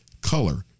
color